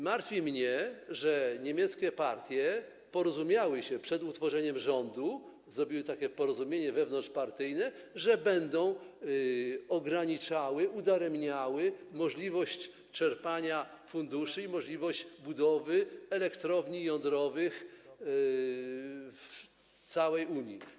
Martwi mnie, że niemieckie partie porozumiały się przed utworzeniem rządu, zawarły porozumienie wewnątrzpartyjne co do tego, że będą ograniczały, udaremniały możliwość czerpania funduszy i możliwość budowy elektrowni jądrowych w całej Unii.